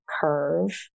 curve